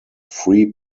free